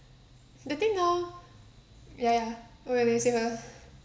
the thing now ya what you say first